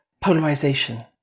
polarization